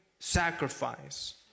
sacrifice